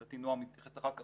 לדעתי נעם יתייחס אחר כך,